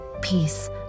Peace